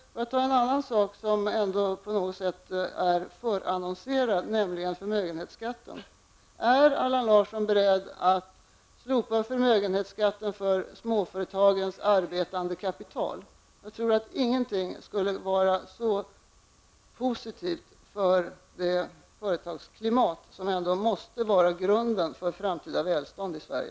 Låt mig då ta upp en annan fråga som ändå på något sätt är förannonserad, nämligen förmögenhetsskatten. Är Allan Larsson beredd att slopa förmögenhetsskatten för småföretagens arbetande kapital? Jag tror inte att någonting skulle vara lika positivt för det företagsklimat som ändå måste vara grunden för ett framtida välstånd i Sverige.